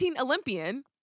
Olympian